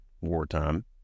wartime